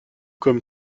comme